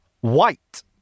White